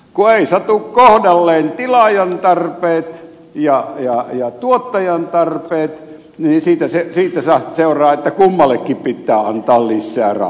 kun eivät satu kohdalleen tilaajan tarpeet ja tuottajan tarpeet niin siitä seuraa että kummallekin pitää antaa lisää rahaa